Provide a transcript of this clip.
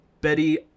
Betty